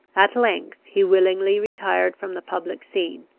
at length he willingly retired from the public scene,